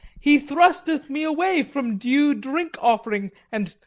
he thrusteth me away from due drink-offering, and,